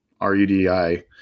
R-U-D-I